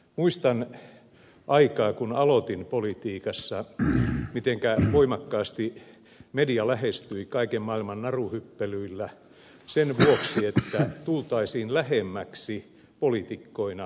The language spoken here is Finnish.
muistan aikaa kun aloitin politiikassa mitenkä voimakkaasti media lähestyi kaiken maailman naruhyppelyillä sen vuoksi että tultaisiin poliitikkoina lähemmäksi kansalaisia